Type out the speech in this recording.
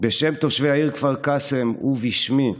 "בשם תושבי העיר כפר קאסם ובשמי,